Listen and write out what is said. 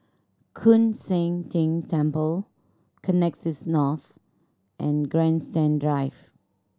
Koon Seng Ting Temple Connexis North and Grandstand Drive